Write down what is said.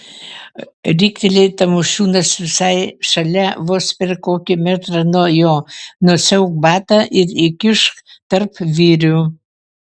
rikteli tamošiūnas visai šalia vos per kokį metrą nuo jo nusiauk batą ir įkišk tarp vyrių